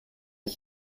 des